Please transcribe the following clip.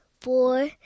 four